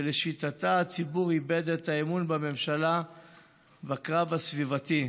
שלשיטתה הציבור איבד את האמון בממשלה בקרב הסביבתי.